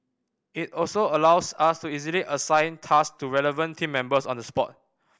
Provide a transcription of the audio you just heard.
it also allows us to easily assign task to relevant team members on the spot